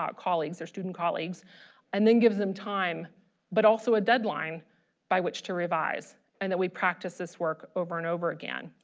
colleagues, their student colleagues and then gives them time but also a deadline by which to revise and that we practice this work over and over again.